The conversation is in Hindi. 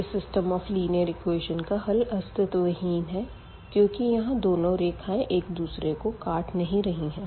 इस सिस्टम ऑफ लीनियर इक्वेशन का हल अस्तित्वहीन है क्यूंकि यहाँ दोनों रेखाएं एक दूसरे को काट नहीं रही है